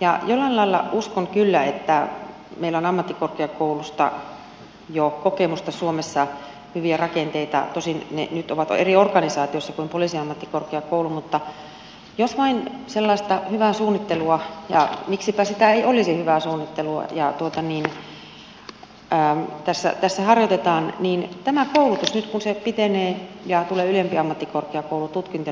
ja ihan lähellä uskon kyllä meillä on ammattikorkeakouluista jo kokemusta suomessa hyvistä rakenteista tosin ne nyt ovat eri organisaatiossa kuin poliisiammattikorkeakoulu mutta jos vain sellaista hyvää suunnittelua ja miksipä ei olisi hyvää suunnittelua tässä harjoitetaan niin näen että tässä koulutuksessa nyt kun se pitenee ja tulee ylempi ammattikorkeakoulututkinto